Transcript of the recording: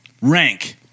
rank